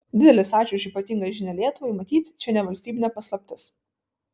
didelis ačiū už ypatingą žinią lietuvai matyt čia ne valstybinė paslaptis